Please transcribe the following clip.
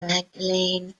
magdalene